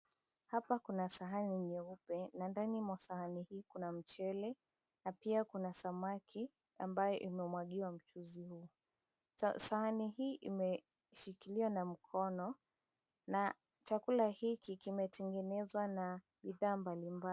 Hapa kuna sahani nyeupe na ndani ya sahani hii kuna mchele na pia kuna samaki ambaye imemwagiwa mchuuzi huu. Sahani hii imeshikiliwa na mkono na chakula hiki kimetengenezwa na bidhaa mbalimbali.